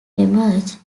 emerged